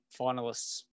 finalists